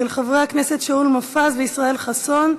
של חברי הכנסת שאול מופז וישראל חסון.